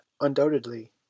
undoubtedly